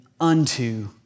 unto